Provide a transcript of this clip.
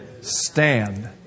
Stand